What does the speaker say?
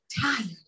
tired